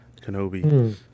Kenobi